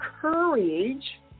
courage